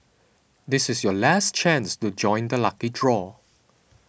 this is your last chance to join the lucky draw